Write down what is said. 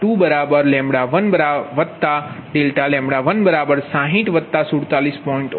મતલબ કે Δλ6047